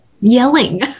yelling